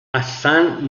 hassan